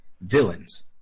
villains